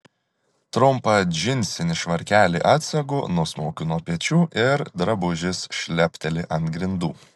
trumpą džinsinį švarkelį atsegu nusmaukiu nuo pečių ir drabužis šlepteli ant grindų